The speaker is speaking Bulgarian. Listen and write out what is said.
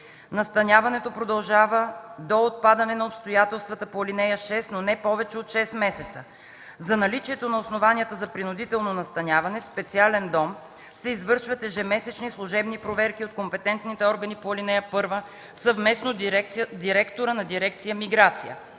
Настаняването продължава до отпадане на обстоятелствата по ал. 6, но не повече от 6 месеца. За наличието на основанията за принудително настаняване в специален дом се извършват ежемесечни служебни проверки от компетентните органи по ал. 1 съвместно с директора на дирекция „Миграция”.